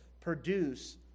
produce